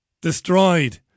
Destroyed